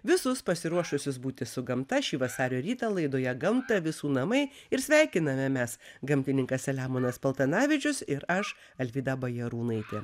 visus pasiruošusius būti su gamta šį vasario rytą laidoje gamta visų namai ir sveikiname mes gamtininkas selemonas paltanavičius ir aš alvyda bajarūnaitė